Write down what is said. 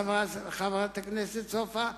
חברת הכנסת סופה לנדבר,